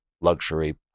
luxury